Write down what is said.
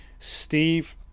Steve